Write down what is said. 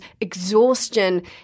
exhaustion